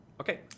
Okay